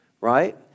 right